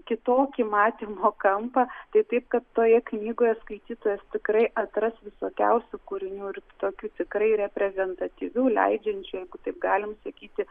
kitokį matymo kampą tai taip kad toje knygoje skaitytojas tikrai atras visokiausių kūrinių ir tokių tikrai reprezentatyvių leidžiančių jeigu taip galim sakyti